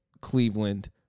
Cleveland